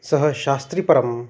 सः शास्त्रीपरं